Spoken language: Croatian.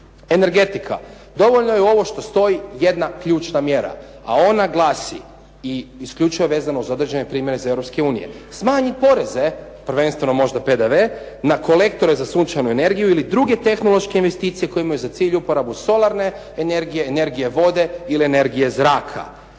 Energetika. Dovoljno je ovo što stoji jedna ključna mjera, a ona glasi i isključivo vezano za određene primjere iz Europske unije, smanjiti poreze, prvenstveno možda PDV na kolektore za sunčanu energiju ili druge tehnološke investicije koje imaju za cilj uporabu solarne energije, energije vode ili energije zraka.